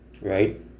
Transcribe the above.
right